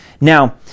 Now